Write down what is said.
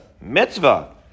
mitzvah